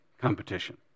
competition